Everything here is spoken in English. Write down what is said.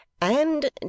And